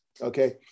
okay